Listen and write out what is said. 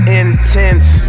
intense